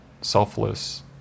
selfless